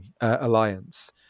alliance